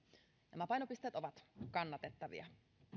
nämä painopisteet ovat kannatettavia